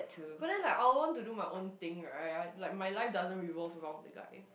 but then like I will want to do my own thing right I~ like my life doesn't revolve around the guy